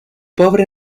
pobre